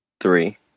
Three